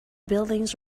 buildings